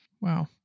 Wow